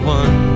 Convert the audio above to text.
one